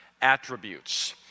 attributes